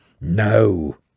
No